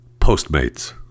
Postmates